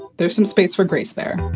there's some space for grace there.